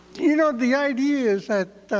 you know, the idea is that